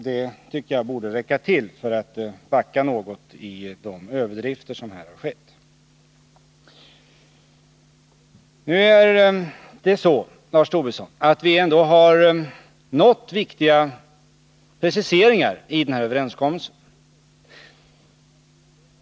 Det tycker jag borde räcka för att man skulle backa något från de överdrifter som skett. Nu är det så, Lars Tobisson, att vi ändå har nått fram till viktiga preciseringar i den här överenskommelsen.